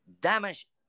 damage